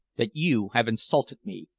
that you have insulted me.